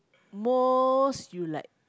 most you like